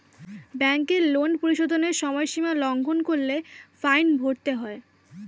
ব্যাংকের লোন পরিশোধের সময়সীমা লঙ্ঘন করলে ফাইন ভরতে হয়